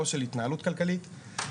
או של התנהלות כלכלית.